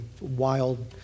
wild